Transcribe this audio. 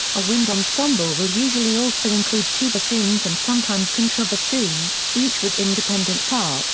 a wind ensemble will usually also include two bassoons and sometimes contrabassoon, each with independent parts